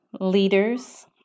leaders